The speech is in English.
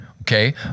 okay